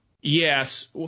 Yes